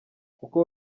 kuko